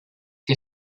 que